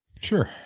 Sure